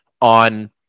on